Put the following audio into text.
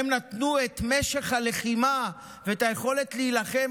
הן נתנו את משך הלחימה ואת היכולת להילחם,